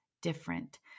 different